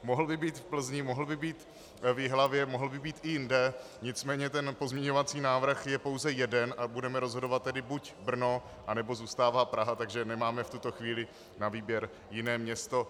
Mohl by být v Plzni, mohl by být v Jihlavě, mohl by být i jinde, nicméně pozměňovací návrh je pouze jeden a budeme rozhodovat tedy buď Brno, anebo zůstává Praha, takže nemáme v tuto chvíli na výběr jiné město.